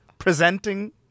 Presenting